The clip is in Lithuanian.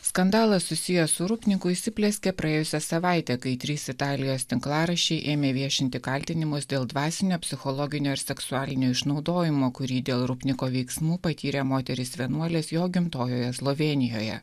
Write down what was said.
skandalas susijęs su rupinku įsiplieskė praėjusią savaitę kai trys italijos tinklaraščiai ėmė viešinti kaltinimus dėl dvasinio psichologinio ir seksualinio išnaudojimo kurį dėl rupniko veiksmų patyrė moterys vienuolės jo gimtojoje slovėnijoje